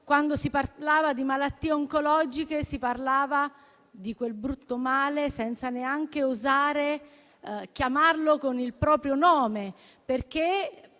quando si parlava di malattie oncologiche, si parlava di brutto male, senza neanche osare chiamarlo con il proprio nome, perché